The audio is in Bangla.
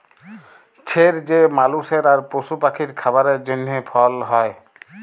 ছের যে মালুসের আর পশু পাখির খাবারের জ্যনহে ফল হ্যয়